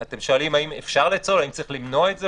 אין שום בעיה לעמוד בזה,